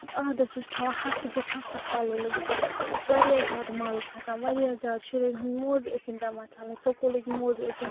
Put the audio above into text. عادت سُہ چھُ تھاوان ہَفتہٕ کِس ہَفتَس پَلوٚو لٲگِتھ تَتھ ہَسا اوس واریاہ زیادٕ مَل کھَسان واریاہ زیادٕ شُریٚن ہِنٛدۍ موزٕ ٲسِم پیٚوان چھَلٕنۍ سُکوٗلٕکۍ موزٕ ٲسِم